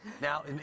Now